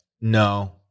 No